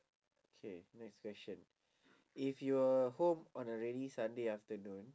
okay next question if you are home on a rainy sunday afternoon